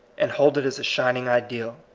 and hold it as a shining ideal.